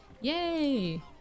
Yay